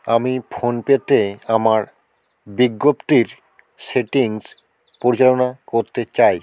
আমি ফোনপে তে আমার বিজ্ঞপ্তির সেটিংস পরিচালনা করতে চাই